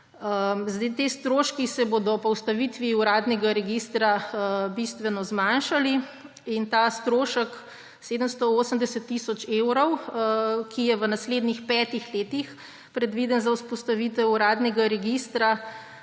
evrov. Ti stroški se bodo po ustavitvi uradnega registra bistveno zmanjšali. Strošek 780 tisoč evrov, ki je v naslednjih petih letih predviden za vzpostavitev uradnega registra,